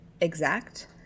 exact